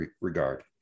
regard